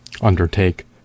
undertake